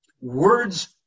words